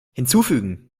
hinzufügen